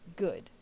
Good